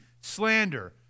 slander